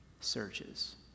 searches